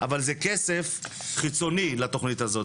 אבל זה כסף חיצוני לתכנית הזאת.